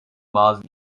bazı